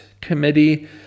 committee